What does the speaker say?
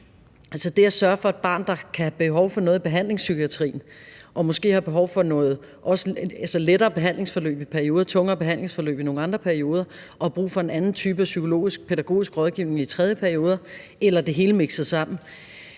det at sørge for et barn, der kan have behov for noget i behandlingspsykiatrien, og som måske har behov for et lettere behandlingsforløb i perioder, men tungere behandlingsforløb i andre perioder, og som har brug for en anden type af psykologisk og pædagogisk rådgivning i tredje perioder eller det hele mikset sammen